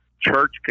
church